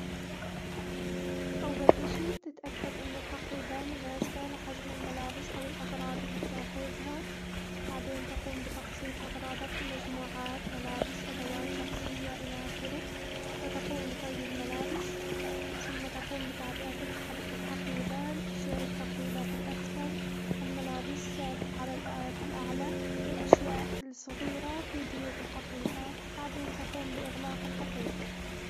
أول إشي تتأكد إن الحقيبة مناسبة لحجم الملابس أو الأغراض البتاخذها، بعدين تقوم بتقسيم أغراضك لمجموعات ملابس أدوات شخصية إلى آخره، وتقوم بطي الملابس ثم تقوم بتعبئة الحب- الحقيبة الأشياء الثقيلة في الأسفل الملابس ف- على في الأعلى والأشياء الصغيرة في جيوب الحقيبة، بعدين تقوم بإغلاق الحقيبة.